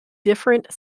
different